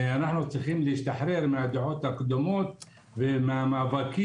ואנחנו צריכים להשתחרר מהדעות הקדומות ומהמאבקים